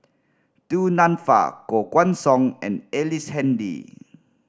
Du Nanfa Koh Guan Song and Ellice Handy